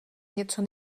něco